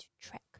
track